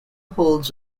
holds